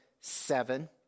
seven